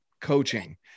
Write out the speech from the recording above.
coaching